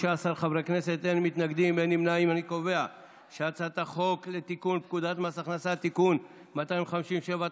את הצעת חוק לתיקון פקודת מס הכנסה (תיקון מס' 257),